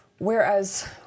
Whereas